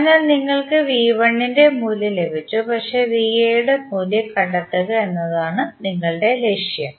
അതിനാൽ നിങ്ങൾക്ക് ന്റെ മൂല്യം ലഭിച്ചു പക്ഷേ യുടെ മൂല്യം കണ്ടെത്തുക എന്നതാണ് നിങ്ങളുടെ ലക്ഷ്യം